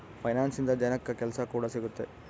finance ಇಂದ ಜನಕ್ಕಾ ಕೆಲ್ಸ ಕೂಡ ಸಿಗುತ್ತೆ